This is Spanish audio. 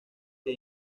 que